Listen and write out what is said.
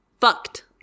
fucked